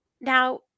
Now